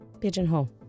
pigeonhole